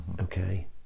okay